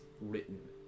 written